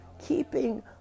keeping